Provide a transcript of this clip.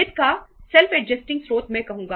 वित्त का self adjusting है